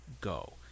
go